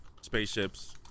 spaceships